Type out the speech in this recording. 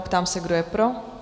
Ptám se, kdo je pro?